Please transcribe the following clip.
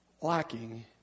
lacking